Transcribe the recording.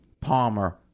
Palmer